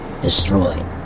Destroy